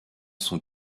son